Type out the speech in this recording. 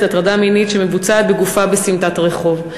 הטרדה מינית שמבוצעת בגופה בסמטת רחוב.